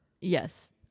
Yes